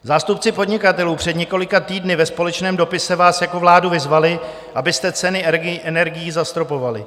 Zástupci podnikatelů před několika týdny ve společném dopisu vás jako vládu vyzvali, abyste ceny energií zastropovali.